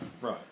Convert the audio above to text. Right